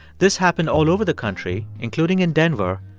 this happened all over the country, including in denver,